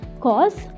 cause